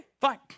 fine